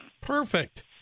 Perfect